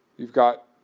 you've got